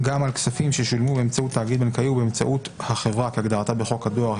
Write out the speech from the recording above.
כספים ששולמו באמצעות תאגיד בנקאי או באמצעות החברה כהגדרתה בחוק הדואר,